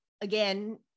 again